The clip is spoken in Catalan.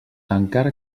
encara